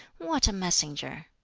what a messenger!